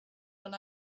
when